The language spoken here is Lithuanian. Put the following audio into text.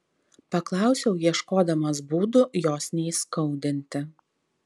paklausiau ieškodamas būdų jos neįskaudinti